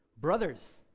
Brothers